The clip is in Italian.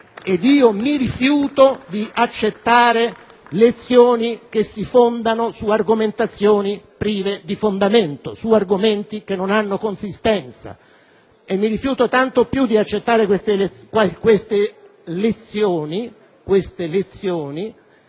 Ed io mi rifiuto di accettare lezioni che si fondano su argomentazioni prive di fondamento, su argomenti che non hanno consistenza. E mi rifiuto tanto più di accettare queste lezioni, poiché esse